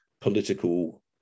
political